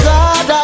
God